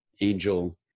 Angel